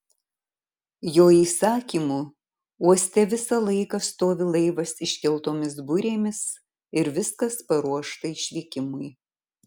jo įsakymu uoste visą laiką stovi laivas iškeltomis burėmis ir viskas paruošta išvykimui